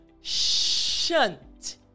shunt